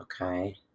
okay